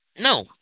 No